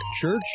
church